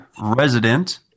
resident